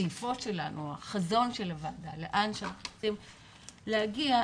בשאיפות שלנו ובחזון הוועדה ולאן שאנחנו צריכים ורוצים להגיע.